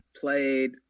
played